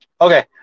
Okay